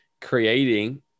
creating